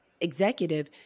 executive